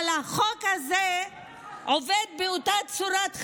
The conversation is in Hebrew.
החוק הזה עובד באותה צורת חשיבה.